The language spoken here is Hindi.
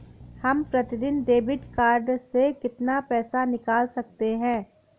हम प्रतिदिन डेबिट कार्ड से कितना पैसा निकाल सकते हैं?